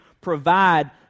provide